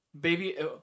Baby